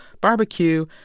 barbecue